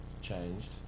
changed